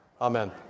Amen